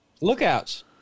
Lookouts